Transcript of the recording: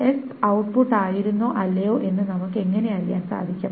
s output ആയിരുന്നോ അല്ലയോ എന്ന് നമുക്ക് എങ്ങനെ അറിയാൻ സാധിക്കും